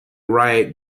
riot